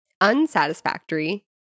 unsatisfactory